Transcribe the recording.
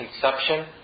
conception